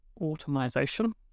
automation